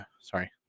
sorry